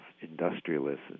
industrialists